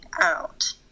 out